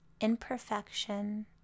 imperfection